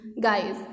guys